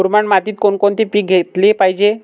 मुरमाड मातीत कोणकोणते पीक घेतले पाहिजे?